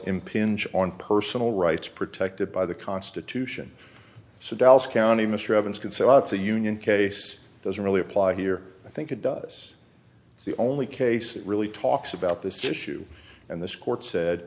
impinge on personal rights protected by the constitution so dallas county mr evans can say lots a union case doesn't really apply here i think it does it's the only case it really talks about this issue and this court said